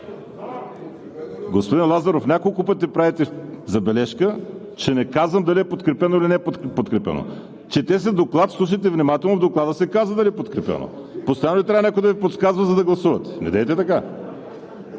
Господин Лазаров, няколко пъти правите забележка, че не казвам дали е подкрепено или не е подкрепено. Чете се доклад, слушайте внимателно, в Доклада се казва дали е подкрепено. Постоянно ли трябва някой да Ви подсказва, за да гласувате? Недейте така!